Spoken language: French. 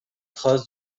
trace